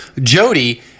Jody